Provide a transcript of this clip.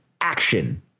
action